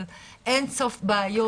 על אין סוף בעיות.